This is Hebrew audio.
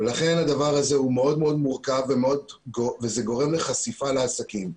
לכן הדבר הזה הוא מאוד מאוד מורכב וזה גורם לחשיפה לעסקים.